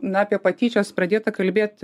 na apie patyčias pradėta kalbėt